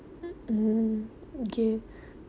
mmhmm okay